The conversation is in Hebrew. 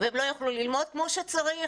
והם לא יכלו ללמוד כמו שצריך?